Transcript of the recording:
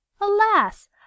Alas